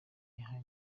yahaye